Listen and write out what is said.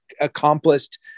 accomplished